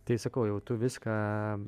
tai sakau jau tu viską